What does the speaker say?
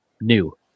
new